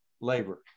labor